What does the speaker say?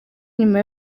nyuma